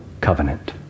covenant